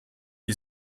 you